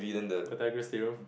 Pythagoras Theorem